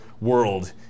World